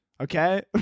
Okay